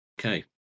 okay